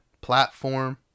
platform